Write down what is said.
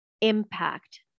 impact